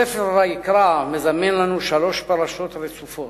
ספר ויקרא מזמן לנו שלוש פרשות רצופות: